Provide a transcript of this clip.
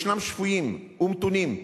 יש שפויים ומתונים,